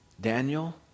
Daniel